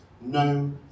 no